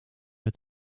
met